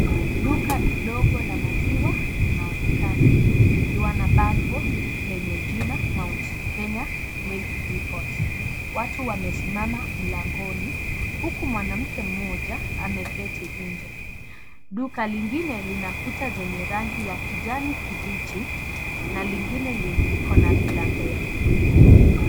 Duka dogo la maziwa linaonekana likiwa na bango lenye jina Mount Kenya Milk Deport watu wamesimama mlangoni huku mwanamke mmoja ameketi nje, duka lingine lina kuta zenye rangi ya kijani kibichi na lingine liko na milango ya bluu.